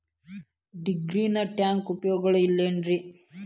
Dragon tank ಉಪಯೋಗಗಳೆನ್ರಿ?